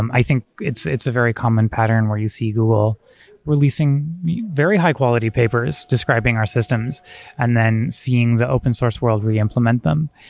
um i think it's a very common pattern where you see google releasing very high quality papers describing our systems and then seeing the open source world re-implement them.